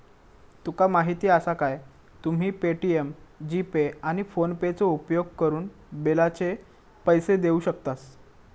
तुका माहीती आसा काय, तुम्ही पे.टी.एम, जी.पे, आणि फोनेपेचो उपयोगकरून बिलाचे पैसे देऊ शकतास